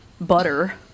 butter